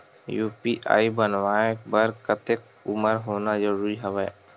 UPI बनवाय बर कतेक उमर होना जरूरी हवय?